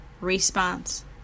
response